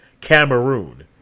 Cameroon